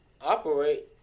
operate